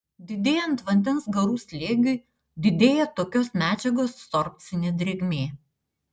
didėjant vandens garų slėgiui didėja tokios medžiagos sorbcinė drėgmė